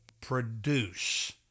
produce